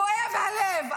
כואב הלב.